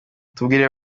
tubwire